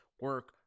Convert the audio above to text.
Work